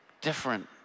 different